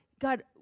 God